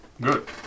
Good